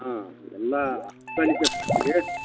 ಹಾಂ ಎಲ್ಲಾ ತೊಳಿಕತ್ ಮಾಡ್ಸಿರಿ